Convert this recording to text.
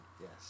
Yes